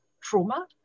trauma